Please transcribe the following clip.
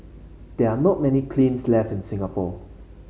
there are not many kilns left in Singapore